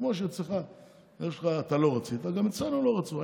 כמו שאתה לא רצית, גם אצלנו לא רצו.